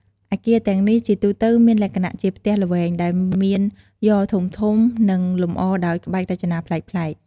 អគារទាំងនេះជាទូទៅមានលក្ខណៈជាផ្ទះល្វែងដែលមានយ៉រធំៗ និងលម្អដោយក្បាច់រចនាប្លែកៗ។